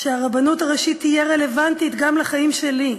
שהרבנות הראשית תהיה רלוונטית גם לחיים שלי,